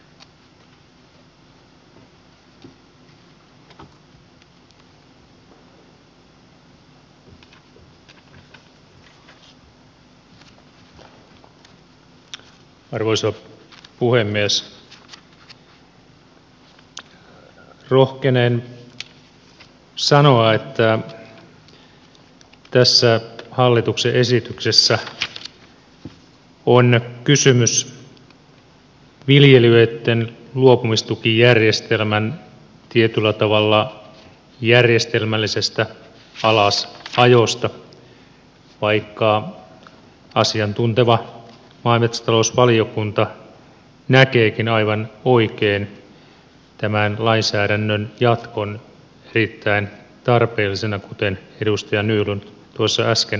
rohkenen sanoa että tässä hallituksen esityksessä on kysymys viljelijöitten luopumistukijärjestelmän tietyllä tavalla järjestelmällisestä alasajosta vaikka asiantunteva maa ja metsätalousvaliokunta näkeekin aivan oikein tämän lainsäädännön jatkon erittäin tarpeellisena kuten edustaja nylund tuossa äsken puheenvuorossaan totesi